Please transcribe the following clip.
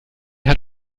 hat